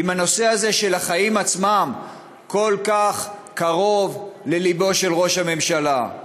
אם הנושא הזה של החיים עצמם כל כך קרוב ללבו של ראש הממשלה,